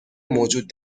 موجود